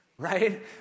right